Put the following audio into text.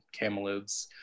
camelids